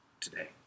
today